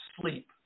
sleep